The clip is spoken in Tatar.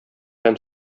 һәм